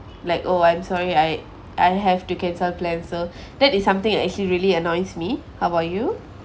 like oh I'm sorry I I have to cancel our plans so that is something that actually really annoys me how about you